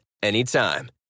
Anytime